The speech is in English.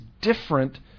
different